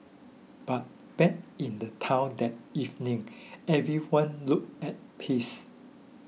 but back in the town that evening everyone looked at peace